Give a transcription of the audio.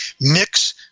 mix